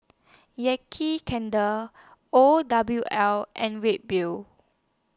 Yankee Candle O W L and Red Bull